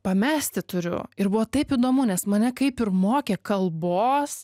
pamesti turiu ir buvo taip įdomu nes mane kaip ir mokė kalbos